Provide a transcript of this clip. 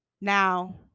now